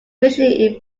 visually